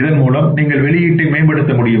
இதன் மூலம் நீங்கள் வெளியீட்டை மேம்படுத்த முடியும்